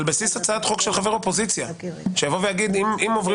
על בסיס הצעת חוק של חבר אופוזיציה שיאמר שאם עוברים